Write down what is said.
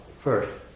first